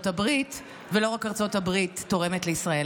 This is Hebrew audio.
הברית ולא רק ארצות הברית תורמת לישראל.